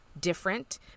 different